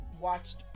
watched